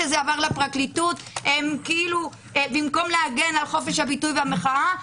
כשזה עבר לפרקליטות הם כאילו במקום להגן על חופש הביטוי והמחאה,